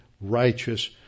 righteous